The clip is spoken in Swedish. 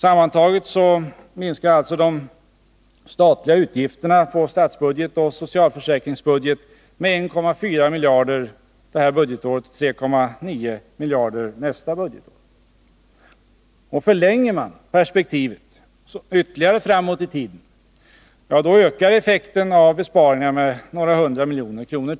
Sammantaget minskar de statliga utgifterna på statsbudget och socialförsäkringsbudget med 1,4 miljarder för det här budgetåret och 3,9 miljarder nästa budgetår. Förlänger man perspektivet ytterligare framåt i tiden ökar effekten av besparingarna med några hundra miljoner till.